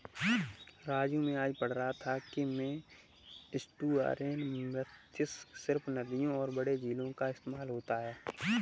राजू मैं आज पढ़ रहा था कि में एस्टुअरीन मत्स्य सिर्फ नदियों और बड़े झीलों का इस्तेमाल होता है